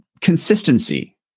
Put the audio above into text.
consistency